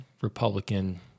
Republican